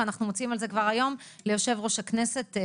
ואנחנו מוציאים על זה כבר היום ליושב-ראש הכנסת.